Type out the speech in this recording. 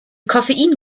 koffein